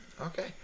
okay